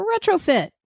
retrofit